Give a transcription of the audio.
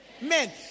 men